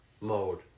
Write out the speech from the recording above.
mode